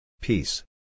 Peace